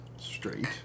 straight